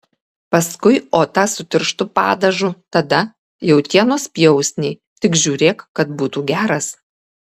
paskui otą su tirštu padažu tada jautienos pjausnį tik žiūrėk kad būtų geras